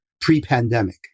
pre-pandemic